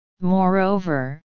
Moreover